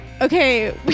okay